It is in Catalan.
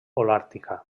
holàrtica